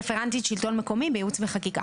רפרנטית שלטון מקומי בייעוץ וחקיקה